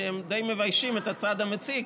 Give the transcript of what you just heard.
שדי מביישים את הצד המציע,